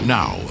now